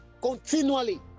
continually